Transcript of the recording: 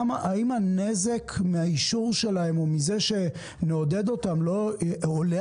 האם הנזק מאישור שלהם או מזה שנעודד אותם עולה